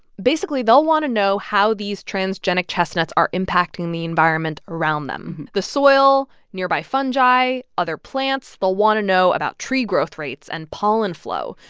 basically, they'll want to know how these transgenic chestnuts are impacting the environment around them the soil, nearby fungi, other plants. they'll want to know about tree growth rates and pollen flow.